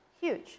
Huge